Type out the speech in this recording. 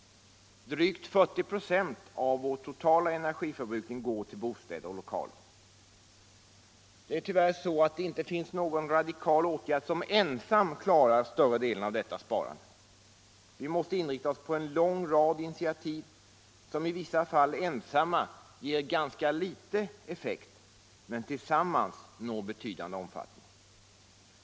Drygt 40 96 av vår totala energiförbrukning går till bostäder och lokaler. Tyvärr finns ingen radikal åtgärd, som ensam klarar större delen av detta sparande. Vi måste inrikta oss på en lång rad initiativ som i vissa fall ensamma ger ganska liten effekt, men tillsammans når betydande omfattning.